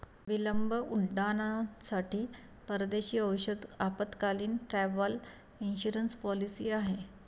विलंब उड्डाणांसाठी परदेशी औषध आपत्कालीन, ट्रॅव्हल इन्शुरन्स पॉलिसी आहे